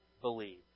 believe